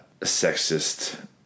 sexist